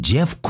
Jeff